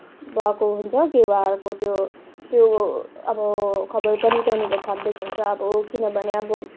भएको हुन्छ अब गेवाहरूको त्यो त्यो अब खबर पनि त्यहाँनिर छापिदिएको हुन्छ अब किनभने अब